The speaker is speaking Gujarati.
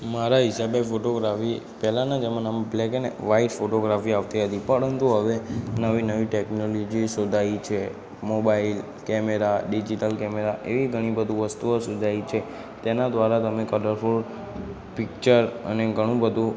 મારા હિસાબે ફોટોગ્રાફી પહેલાંના જમાનામાં બ્લૅક એન્ડ વ્હાઇટ ફોટોગ્રાફી આવતી હતી પરંતુ હવે નવી નવી ટેકનોલીજી શોધાઈ ગઇ છે મોબાઇલ કેમેરા ડિજિટલ કેમેરા એવી ઘણી બધુ વસ્તુઓ શોધાઈ છે તેના દ્વારા તમે કલરફુલ પિચ્ચર અને ઘણું બધુ